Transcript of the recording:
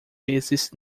vezes